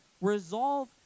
resolve